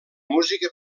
música